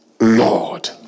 Lord